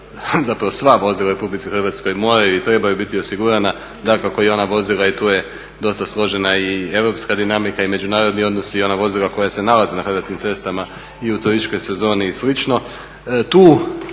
zapravo sva vozila u RH moraju i trebaju biti osigurana. Dakako i ona vozila, i tu je dosta složena i europska dinamika i međunarodni odnosi, i ona vozila koja se nalaze na hrvatskim cestama i u turističkoj sezoni i